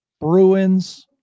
Bruins